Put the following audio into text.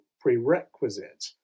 prerequisite